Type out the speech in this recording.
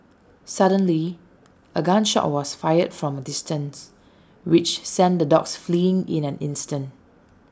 suddenly A gun shot was fired from A distance which sent the dogs fleeing in an instant